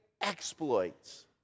exploits